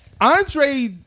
Andre